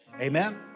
Amen